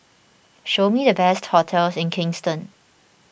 show me the best hotels in Kingstown